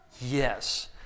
Yes